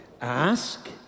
Ask